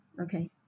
okay